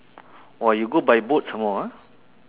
!wah! you go by boat some more ah